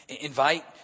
invite